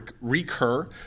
recur